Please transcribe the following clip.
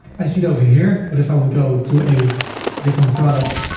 i see it over here, but if i would go to a different product,